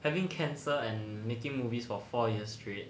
having cancer and making movies for four years straight